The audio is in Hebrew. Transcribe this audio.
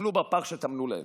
נפלו בפח שטמנו להם,